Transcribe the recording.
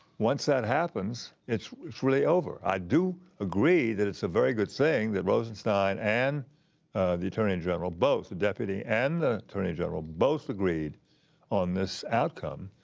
once that happens, it's it's really over. i do agree that it's a very good thing that rosenstein and the attorney and general both, the deputy and the attorney general both agreed on this outcome,